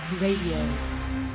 Radio